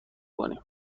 کنیم